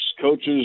Coaches